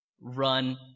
run